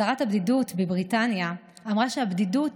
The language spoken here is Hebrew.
שרת הבדידות בבריטניה אמרה שהבדידות